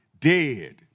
dead